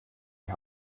die